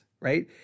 right